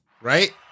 right